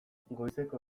goizeko